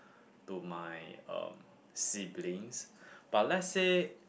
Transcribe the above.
to my um siblings but let's say